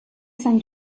sant